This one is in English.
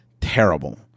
terrible